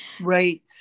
Right